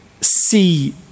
see